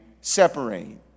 separate